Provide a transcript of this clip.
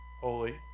holy